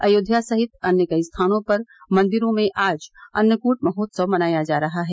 अयोध्या सहित अन्य कई स्थानों पर मंदिरो में आज अन्नकूट महोत्सव मनाया जा रहा है